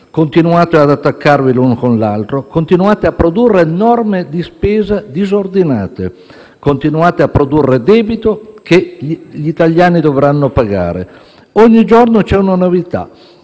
continuate ad attaccarvi l'uno con l'altro e a produrre norme di spesa disordinate; continuate a produrre debito che gli italiani dovranno pagare. Ogni giorno c'è una novità,